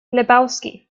lebowski